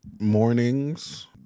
mornings